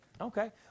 Okay